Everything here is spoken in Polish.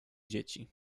dzieci